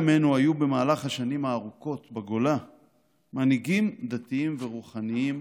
לעמנו היו במהלך השנים הארוכות בגולה מנהיגים דתיים ורוחניים